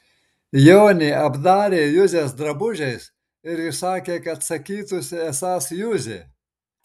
jonį apdarė juzės drabužiais ir įsakė kad sakytųsi esąs juzė